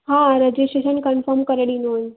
तव्हां registration confirm करे ॾिनी हुई